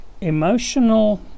emotional